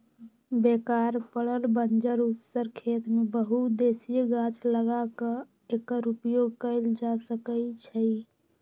बेकार पड़ल बंजर उस्सर खेत में बहु उद्देशीय गाछ लगा क एकर उपयोग कएल जा सकै छइ